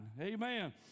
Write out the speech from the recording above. amen